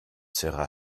sera